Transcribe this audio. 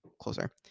closer